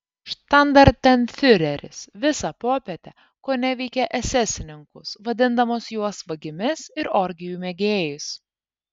štandartenfiureris visą popietę koneveikė esesininkus vadindamas juos vagimis ir orgijų mėgėjais